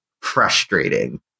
frustrating